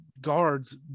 guards